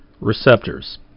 Receptors